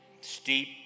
steep